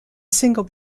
single